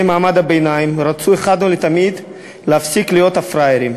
מעמד הביניים רצו אחת ולתמיד להפסיק להיות הפראיירים.